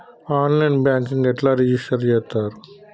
On line banking ఎట్లా register చేత్తరు?